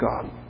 God